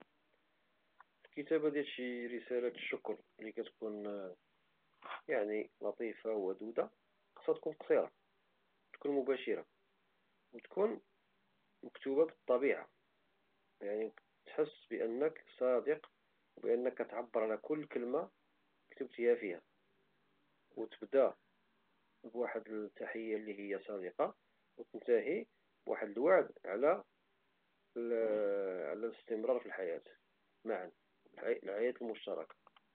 الكتابة ديال شي رسالة شكر اللي كتكون يعني لطيفة وودودة خصها تكون قصيرة ومباشرة او تكون مكتوبة بالطبيعة يعني تحس انك صادق وبأنك كتعبر على كل كلمة كتبتيها فيها او تبدا بواحد التحية اللي هي صادقة او تنتاهي بواحد الوعد اللي هو على الاستمرار معا الحياة المشتركة